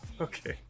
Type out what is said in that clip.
Okay